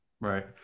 Right